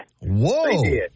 Whoa